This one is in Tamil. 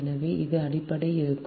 எனவே அது அப்படியே இருக்கும்